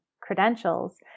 credentials